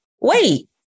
wait